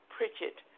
Pritchett